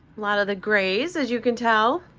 lot of the grays, as you can tell.